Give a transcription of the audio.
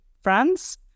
France